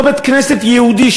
אותו בית-כנסת יהודי,